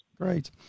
Great